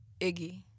Iggy